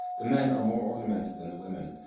the men are more ornamented than the women,